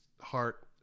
heart